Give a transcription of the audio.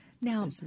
Now